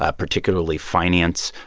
ah particularly finance,